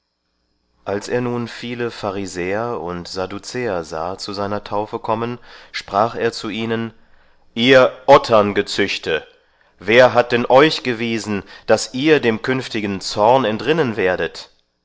als er nun viele pharisäer und sadduzäer sah zu seiner taufe kommen sprach er zu ihnen ihr otterngezüchte wer hat denn euch gewiesen daß ihr dem künftigen zorn entrinnen werdet